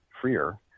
freer